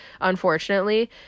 unfortunately